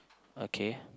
okay